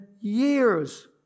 years